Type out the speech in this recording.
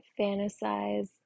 fantasize